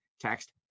Text